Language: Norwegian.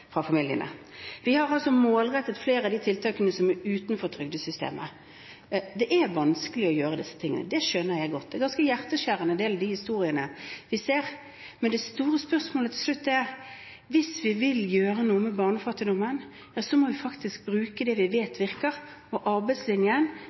Vi har altså målrettet flere av de tiltakene som er utenfor trygdesystemet. Det er vanskelig å gjøre disse tingene. Det skjønner jeg godt. De er ganske hjerteskjærende, en del av de historiene vi ser. Men det store spørsmålet til slutt er: Hvis vi vil gjøre noe med barnefattigdommen, må vi faktisk bruke det vi